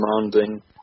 demanding